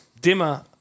Dimmer